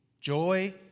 joy